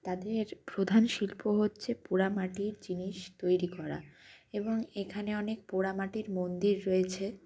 তাদের প্রধান শিল্প হচ্ছে পোড়ামাটির জিনিস তৈরি করা এবং এখানে অনেক পোড়ামাটির মন্দির রয়েছে